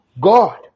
God